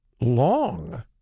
long